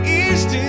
east